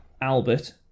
Albert